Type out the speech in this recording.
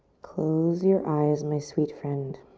close your eyes, my sweet friend.